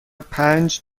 پنج